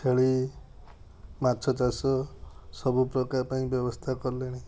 ଛେଳି ମାଛ ଚାଷ ସବୁପ୍ରକାର ପାଇଁ ବ୍ୟବସ୍ଥା କଲେଣି